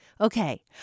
Okay